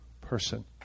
person